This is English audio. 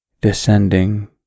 descending